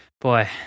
Boy